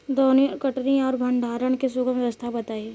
दौनी और कटनी और भंडारण के सुगम व्यवस्था बताई?